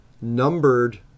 Numbered